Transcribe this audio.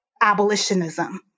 abolitionism